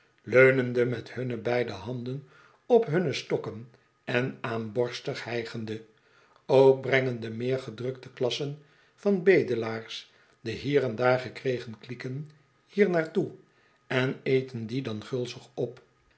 leunende met hunne beide handen op hunne stokken en aamborstig hijgende ook brengen de meer gedrukte klassen van bedelaars de hier en daar gekregen klieken hier naar toe en eten die dan gulzig op